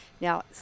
Now